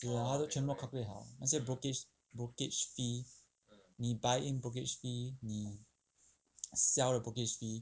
对 ah 他都全部 calculate 好那些 brokerage brokerage fee 你 buy in brokerage fee 你 sell the brokerage fee